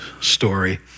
story